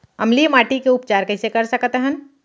अम्लीय माटी के उपचार कइसे कर सकत हन?